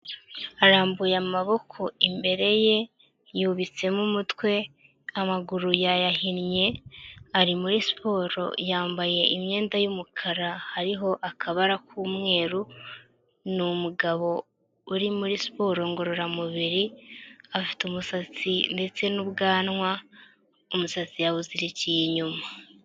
Arambuye amaboko imbere ye yubitsemo umutwe amaguru yayahinnye ari muri siporo yambaye imyenda y'umukara hariho akabara k'umweru ni umugabo uri muri siporo ngororamubiri afite umusatsi ndetse n'ubwanwa umusazi yawuzirikiye inyuma.